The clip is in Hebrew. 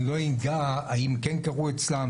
אני לא אגע האם כן קרו אצלם,